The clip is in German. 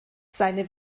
seine